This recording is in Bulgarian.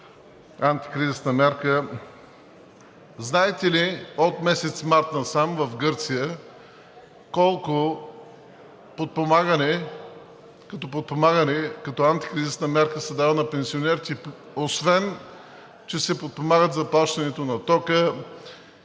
антикризисна мярка. Знаете ли от месец март насам в Гърция колко като подпомагане, като антикризисна мярка се дава на пенсионерите, освен че се подпомага заплащането на тока